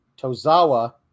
Tozawa